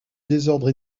désordre